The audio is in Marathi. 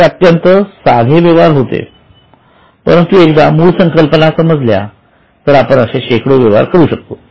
हे अत्यंत साधे व्यवहार होते एकदा मूळ संकल्पना समजल्या तर आपण असे शेकडो व्यवहार करू शकतो